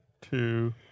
two